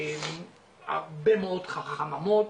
הרבה מאוד חממות